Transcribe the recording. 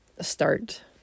start